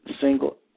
single